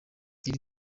iri